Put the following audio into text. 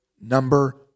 number